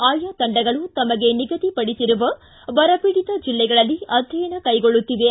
ಆಯಾ ತಂಡಗಳು ತಮಗೆ ನಿಗದಿಪಡಿಸಿರುವ ಬರ ಪೀಡಿತ ಜಿಲ್ಲೆಗಳಲ್ಲಿ ಆಧ್ಯಯನ ಕೈಗೊಳ್ಳುತ್ತಿವೆ